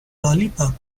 lollipop